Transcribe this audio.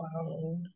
Wow